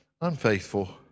unfaithful